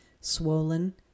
swollen